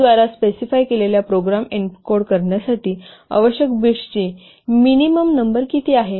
द्वारा स्पेसिफाय केलेल्या program encode करण्यासाठी आवश्यक बिट्सची मिनिमम नंबर किती आहे